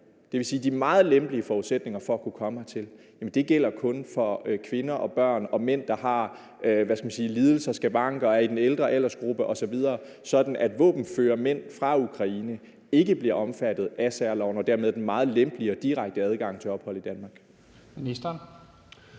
at særloven, dvs. de meget lempelige forudsætninger for at kunne komme hertil, kun gælder for kvinder og børn og mænd, der har lidelser, skavanker og er i den ældre aldersgruppe osv., sådan at våbenføre mænd fra Ukraine ikke bliver omfattet af særloven og dermed den meget lempelige og direkte adgang til ophold i Danmark?